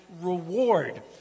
reward